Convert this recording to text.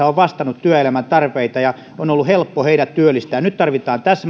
on vastannut työelämän tarpeita ja on ollut helppo heidät työllistää nyt tarvitaan täsmätoimia ja